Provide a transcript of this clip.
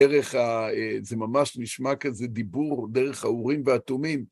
דרך אה... זה ממש נשמע כזה דיבור דרך האורים והתומים.